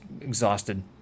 exhausted